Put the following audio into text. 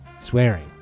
swearing